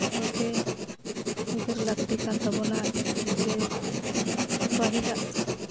ᱠᱚᱜᱮ ᱩᱭᱦᱟᱹᱨ ᱞᱟ ᱠᱛᱤ ᱠᱟᱱ ᱛᱟᱵᱚᱱᱟ ᱡᱮ ᱯᱟ ᱦᱤᱞᱟᱜ